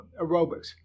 aerobics